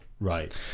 Right